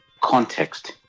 context